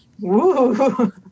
Woo